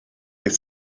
dydd